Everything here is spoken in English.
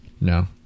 No